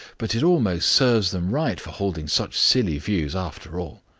but it almost serves them right for holding such silly views, after all,